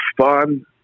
fun